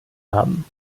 haben